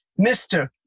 Mr